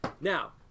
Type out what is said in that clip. Now